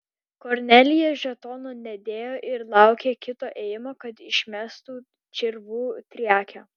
kornelija žetono nedėjo ir laukė kito ėjimo kad išmestų čirvų triakę